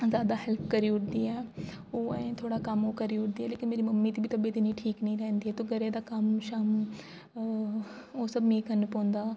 जादा हेल्प करी ओड़दी ऐ ओह् अजें थोह्ड़ा कम्म करी ओड़दे लेकिन मेरी मम्मी दी बी तबियत इ'न्नी ठीक निं रैह्ंदी ऐ ओह् घरै दा कम्म शम्म ओह् सब में करना